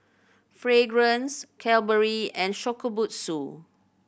Fragrance Cadbury and Shokubutsu